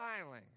smiling